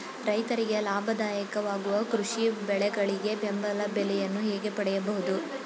ರೈತರಿಗೆ ಲಾಭದಾಯಕ ವಾಗುವ ಕೃಷಿ ಬೆಳೆಗಳಿಗೆ ಬೆಂಬಲ ಬೆಲೆಯನ್ನು ಹೇಗೆ ಪಡೆಯಬಹುದು?